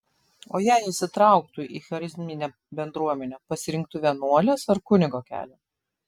o jei įsitrauktų į charizminę bendruomenę pasirinktų vienuolės ar kunigo kelią